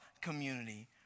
community